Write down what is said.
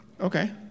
Okay